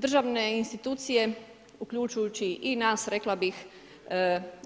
Državne institucije, uključujući i nas, rekla bi